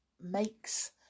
makes